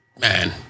man